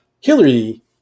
Hillary